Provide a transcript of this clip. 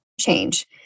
change